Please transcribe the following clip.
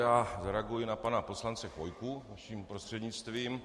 Zareaguji na pana poslance Chvojku vaším prostřednictvím.